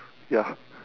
ya